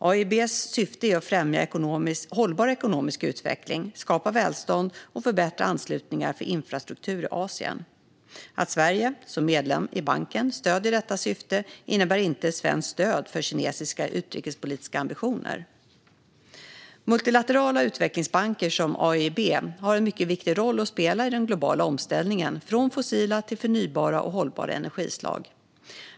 AIIB:s syfte är att främja hållbar ekonomisk utveckling, skapa välstånd och förbättra anslutningar för infrastruktur i Asien. Att Sverige som medlem i banken stöder detta syfte innebär inte svenskt stöd för kinesiska utrikespolitiska ambitioner. Multilaterala utvecklingsbanker som AIIB har en mycket viktig roll att spela i den globala omställningen från fossila till förnybara och hållbara energislag.